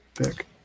pick